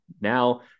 now